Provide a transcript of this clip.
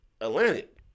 Atlantic